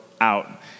out